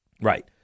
Right